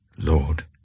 Lord